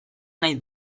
nahi